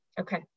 Okay